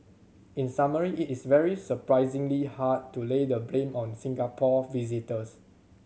in summary it is very surprisingly hard to lay the blame on Singapore visitors